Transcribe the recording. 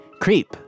creep